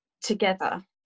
together